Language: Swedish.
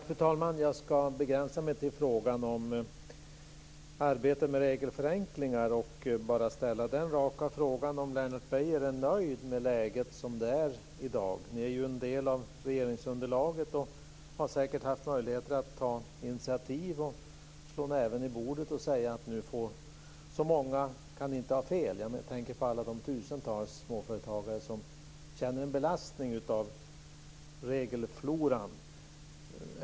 Fru talman! Jag ska begränsa mig till frågan om arbetet med regelförenklingar. Är Lennart Beijer nöjd med läget som det är i dag? Ni är en del av regeringsunderlaget, och ni har säkert haft möjligheter att ta initiativ, slå näven i bordet och säga att så många inte kan ha fel. Jag tänker på alla de tusentals småföretagare som känner belastningen från regelfloran.